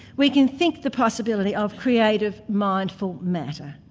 we can think the possibility of creative mindful matter.